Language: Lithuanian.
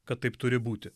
kad taip turi būti